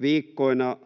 viikkoina